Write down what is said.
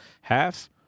half